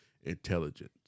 intelligence